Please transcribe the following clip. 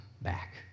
back